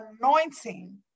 anointing